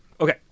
Okay